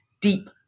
deep